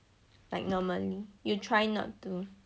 like normally you try not to